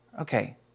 Okay